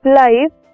life